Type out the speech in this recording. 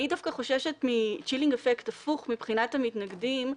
אני דווקא חוששת מצ'ילינג אפקט הפוך מבחינת המתנגדים,